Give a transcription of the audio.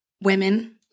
women